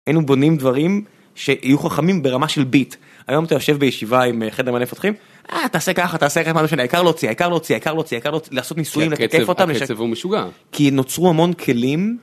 הינו בונים דברים שיהיו חכמים ברמה של ביט. היום אתה יושב בישיבה עם חדר מלא מפתחים, אה תעשה ככה תעשה ככה מה זה משנה? העיקר להוציא העיקר להוציא העיקר להוציא העיקר להוציא לעשות ניסויים לתקף אותם. כי הקצב הוא משוגע. כי נוצרו המון כלים.